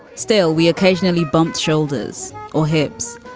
still, we occasionally bumped shoulders or hips,